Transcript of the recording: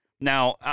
now